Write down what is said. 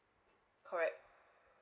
correct